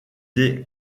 des